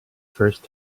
first